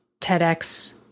TEDx